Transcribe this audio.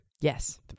yes